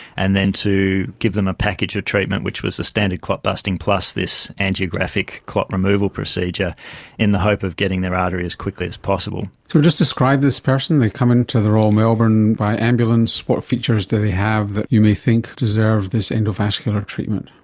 and then to give them a package of treatment which was a standard clot busting plus this angiographic clot removal procedure in the hope of getting their artery as quickly as possible. so just describe this person. they come into the royal melbourne by ambulance. what features do they have that you may think deserve this endovascular treatment?